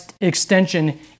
extension